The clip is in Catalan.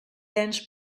ens